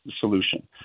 solution